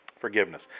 forgiveness